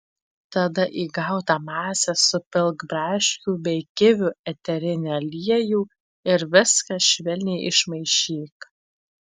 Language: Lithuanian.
tada į gautą masę supilk braškių bei kivių eterinį aliejų ir viską švelniai išmaišyk